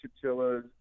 Chinchillas